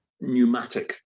pneumatic